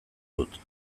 dut